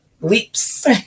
leaps